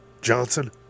Johnson